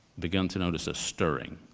begun to notice a stirring.